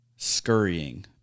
Scurrying